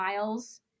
miles